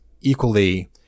equally